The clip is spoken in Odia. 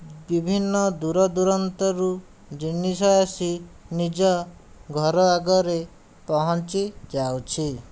ବିଭିନ୍ନ ଦୂର ଦୂରାନ୍ତରୁ ଜିନିଷ ଆସି ନିଜ ଘର ଆଗରେ ପହଞ୍ଚିଯାଉଛି